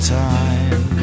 time